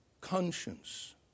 conscience